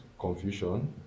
confusion